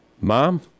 mom